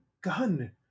gun